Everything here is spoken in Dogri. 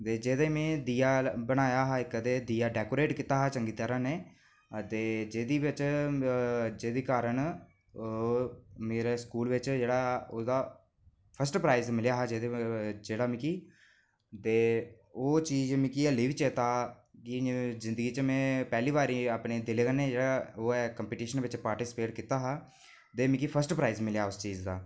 जेह्दे च में दीआ बनाया हा ते दिआ डैकोतेक कीता हा चंगी तरांह् जेह्दे कारन मेरे स्कूल च ओह्दा फस्ट प्राईज मिलेआ हा जेह्दे च मिगी ते ओह् चीज मिगी हाल्ली बी चेत्ता ऐ जिन्दगी च में पैह्ली बारी दिलै कन्नै कंपिटिशन च पार्टिसिपेट कीता हा ते मिगी फस्ट प्राईज मिलेआ हा मिगी उस चीज दा